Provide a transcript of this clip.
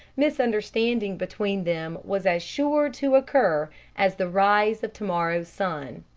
misunderstanding between them was as sure to occur as the rise of to-morrow's sun.